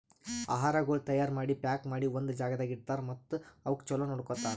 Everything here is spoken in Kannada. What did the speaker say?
ಆಹಾರಗೊಳ್ ತೈಯಾರ್ ಮಾಡಿ, ಪ್ಯಾಕ್ ಮಾಡಿ ಒಂದ್ ಜಾಗದಾಗ್ ಇಡ್ತಾರ್ ಮತ್ತ ಅವುಕ್ ಚಲೋ ನೋಡ್ಕೋತಾರ್